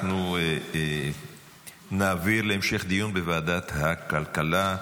אנחנו נעביר להמשך דיון בוועדת הכלכלה.